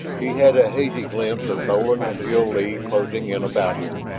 he had a hazy glimpse of nolan and jil-lee closing in about him.